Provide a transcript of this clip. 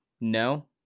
No